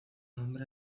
nombre